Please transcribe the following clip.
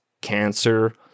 cancer